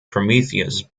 prometheus